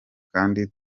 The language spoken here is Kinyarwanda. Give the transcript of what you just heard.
kandi